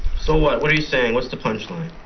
so what? what are you saying? what's the punch line?